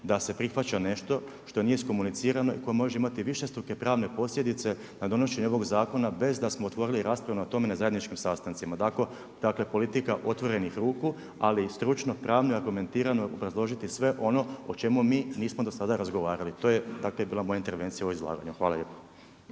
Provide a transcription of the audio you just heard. da se prihvaća nešto što nije iskomuniciramo i koje može imati višestruke pravne posljedice na donošenje ovog zakona, bez da smo otvorili raspravu o tome na zajedničkim sastancima. Tako, dakle, politika otvorenih ruku, ali stručno pravne argumentirano obrazložiti sve ono o čemu mi nismo do sada razgovarali. Takva je bila moja intervencija o ovom izlaganju. Hvala lijepa.